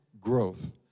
growth